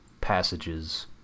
passages